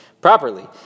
properly